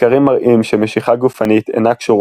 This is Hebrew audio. מחקרים מראים שמשיכה גופנית אינה קשורה